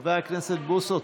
חבר הכנסת בוסו,